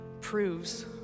proves